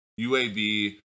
UAB